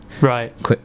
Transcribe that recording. Right